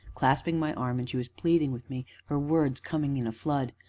clasping my arm, and she was pleading with me, her words coming in a flood.